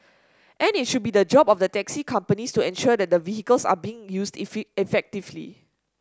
and it should be the job of the taxi companies to ensure that the vehicles are being used effectively